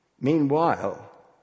Meanwhile